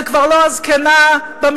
זה כבר לא הזקנה במסדרון,